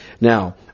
Now